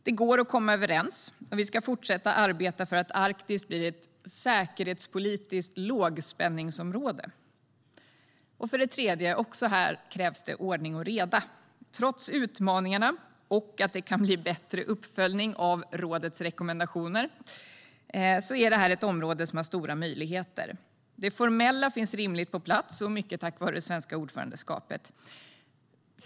Det går att komma överens. Och vi ska fortsätta arbeta för att Arktis blir ett säkerhetspolitiskt lågspänningsområde. Också här krävs det ordning och reda. Trots utmaningarna och att det kan bli bättre uppföljning av rådets rekommendationer är detta ett område som har stora möjligheter. Det formella finns rimligt på plats, mycket tack vare det svenska ordförandeskapet.